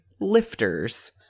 lifters